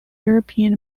european